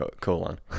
colon